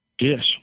yes